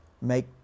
make